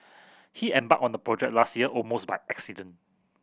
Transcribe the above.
he embarked on the project last year almost by accident